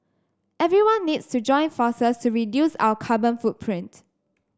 everyone needs to join forces to reduce our carbon footprint